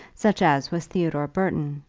such as was theodore burton,